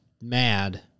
mad